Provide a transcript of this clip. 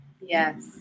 Yes